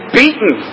beaten